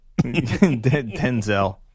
Denzel